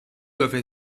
doivent